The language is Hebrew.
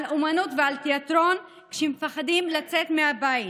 על אומנות ועל תיאטרון כשמפחדים לצאת מהבית.